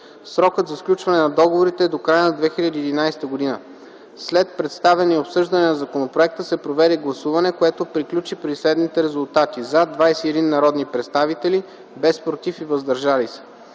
Срокът за сключване на договорите е до края на 2011 г. След представяне и обсъждане на законопроекта се проведе гласуване, което приключи при следните резултати: „за” – 21 народни представители, без „против” и “въздържали се”.